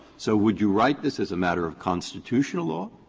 so, would you write this as a matter of constitutional law?